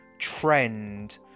trend